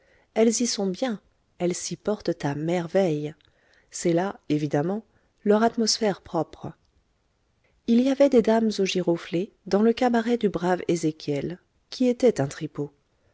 elles y sont bien elles s'y portent à merveille c'est là évidemment leur atmosphère propre il y avait des dames aux giroflées dans le cabaret du brave ezéchiel qui était un tripot